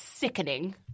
sickening